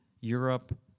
Europe